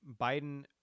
Biden